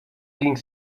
ging